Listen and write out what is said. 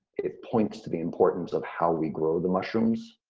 it points to the importance of how we grow the mushrooms,